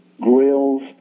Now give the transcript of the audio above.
grills